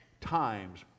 times